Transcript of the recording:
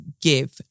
give